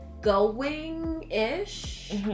going-ish